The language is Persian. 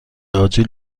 آجیل